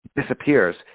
disappears